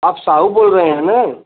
आप साहू बोल रहे हैं ना